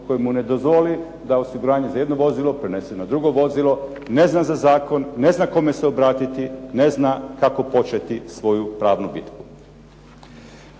koje mu ne dozvoli da osiguranje za jedno vozilo prenese na drugo vozilo. Ne zna za zakon, ne zna kome se obratiti, ne zna kako početi svoju pravnu bitku.